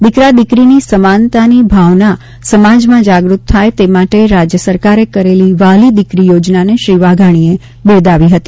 દીકરા દીકરીની સમાનની ભાવના સમાજમાં જાગૃત થાય તે માટે રાજ્ય સરકારે કરેલી વ્હાલી દીકરી યોજનાને શ્રી વાઘાણીએ બિરદાવી હતી